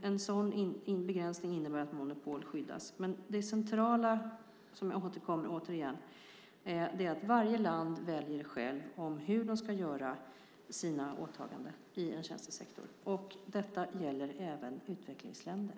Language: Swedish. En sådan begränsning innebär att monopolet skyddas. Men det centrala, som jag kommer tillbaka till igen, är att varje land självt väljer hur man ska göra sina åtaganden via tjänstesektorn. Detta gäller även utvecklingsländer.